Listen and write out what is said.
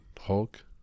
Hulk